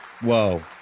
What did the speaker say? Whoa